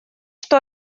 что